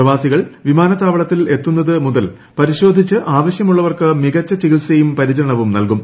പ്രവാസികൾ വിമാനത്താവളത്തിൽ എത്തുന്നതു മുതൽ പരിശോധിച്ച് ആവശ്യമുള്ളവർക്ക് മികച്ച ചികിത്സയും പരിചരണവും നൽകും